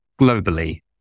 globally